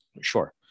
Sure